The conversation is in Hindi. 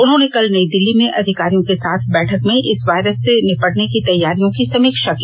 उन्होंने कल नई दिल्ली में अधिकारियों के साथ बैठक में इस वायरस से निपटने की तैयारियों की समीक्षा की